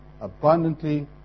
abundantly